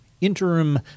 interim